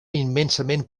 immensament